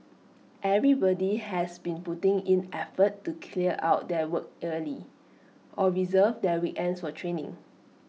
everybody has been putting in effort to clear out their work early or reserve their weekends for training